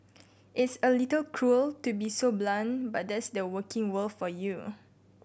it's a little cruel to be so blunt but that's the working world for you